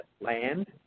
land